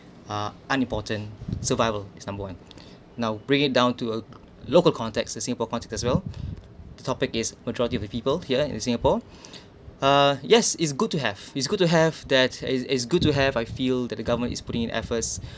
uh unimportant survival is number one now bring it down to uh local context the singapore context as well the topic is majority of the people here in singapore uh yes it's good to have is good to have that is is good to have I feel that the government is putting in efforts